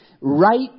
right